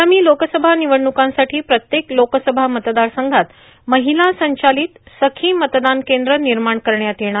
आगामी लोकसभा निवडणुकांसाठी प्रत्येक लोकसभा मतदारसंघात र्माहला संचालत सखी मतदान कद्र निमाण करण्यात येणार